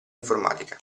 informatica